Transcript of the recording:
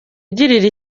ugirira